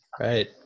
Right